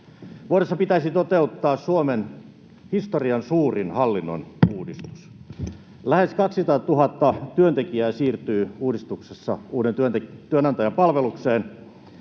Vuodessa pitäisi toteuttaa Suomen historian suurin hallinnonuudistus. Lähes 200 000 työntekijää siirtyy uudistuksessa uuden työnantajan palvelukseen,